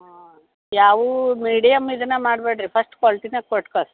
ಹಾಂ ಯಾವುವೂ ಮೀಡಿಯಮ್ ಇದನ್ನು ಮಾಡಬೇಡ್ರಿ ಫಸ್ಟ್ ಕ್ವಾಲ್ಟಿನೇ ಕೊಟ್ಟು ಕಳಿಸಿ